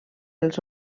els